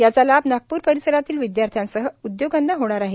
याचा लाभ नागपूर परिसरातील विदयार्थ्यांसह उदयोगांना होणार आहे